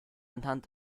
anhand